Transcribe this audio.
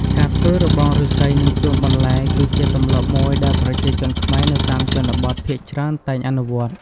ការធ្វើរបងឬស្សីនិងសួនបន្លែ គឺជាទម្លាប់មួយដែលប្រជាជនខ្មែរនៅតាមជនបទភាគច្រើនតែងអនុវត្ត។